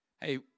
Hey